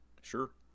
sure